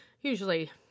usually